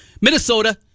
Minnesota